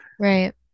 Right